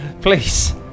Please